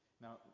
Now